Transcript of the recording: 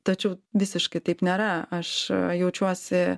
tačiau visiškai taip nėra aš jaučiuosi